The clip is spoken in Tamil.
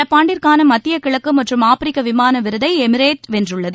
நடப்பாண்டிற்கான மத்திய கிழக்கு மற்றும் ஆப்பிரிக்க விமான விருதை எமிரேட் வென்றுள்ளது